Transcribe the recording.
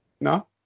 No